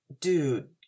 dude